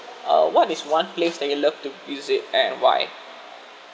uh what is one place that you love to visit and why